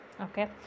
Okay